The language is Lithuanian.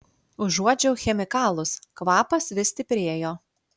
užuodžiau chemikalus kvapas vis stiprėjo